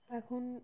এখন